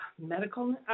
Medical